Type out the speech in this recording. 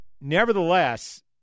nevertheless